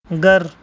घरु